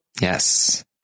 Yes